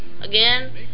again